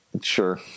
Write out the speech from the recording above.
Sure